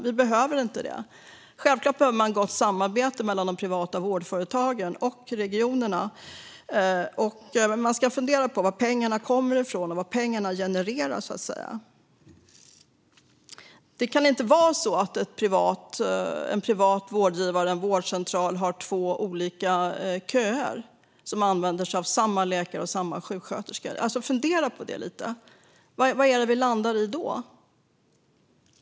Vi behöver inte det. Självklart behöver man gott samarbete mellan de privata vårdföretagen och regionerna. Man ska fundera på varifrån pengarna kommer och vad pengarna genererar. Det kan inte vara så att en privat vårdgivare, en vårdcentral, har två olika köer som använder sig av samma läkare och samma sjuksköterskor. Fundera på det lite! Vad är det vi landar i då?